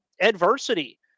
adversity